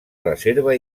reserva